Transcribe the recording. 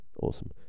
awesome